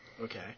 Okay